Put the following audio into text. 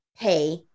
pay